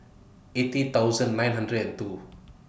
eighty thousand nine hundred and two